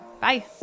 Bye